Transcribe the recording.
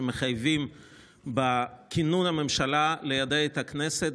שמחייבים בכינון הממשלה ליידע את הכנסת